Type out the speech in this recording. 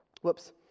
Whoops